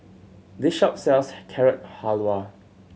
this shop sells Carrot Halwa